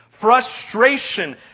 frustration